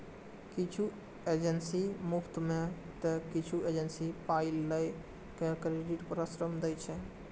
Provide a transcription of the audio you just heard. किछु एजेंसी मुफ्त मे तं किछु एजेंसी पाइ लए के क्रेडिट परामर्श दै छै